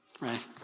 right